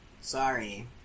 sorry